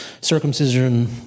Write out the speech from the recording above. circumcision